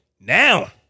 Now